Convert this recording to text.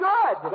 Good